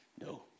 No